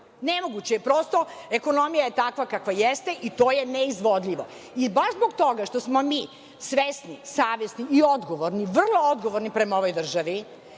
Nemoguće je, prosto, ekonomija je takva kakva jeste i to je neizvodljivo. Baš zbog toga što smo mi svesni, savesni i odgovorni, vrlo odgovorni prema ovoj državi,